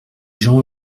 jean